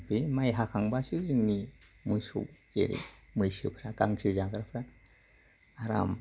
बे माइ हाखांबासो जोंनि मोसौ मैसोफ्रा गांसो जाग्राफ्रा आराम